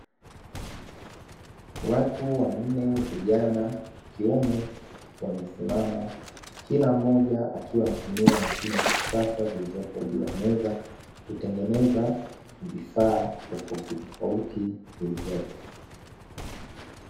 Watu wanne, vijana wa kiume, wamesimama, kila mmoja akiwa anatumia mashine za kisasa zilizopo juu ya meza kutengeneza vifaa tofauti tofauti vilivyopo.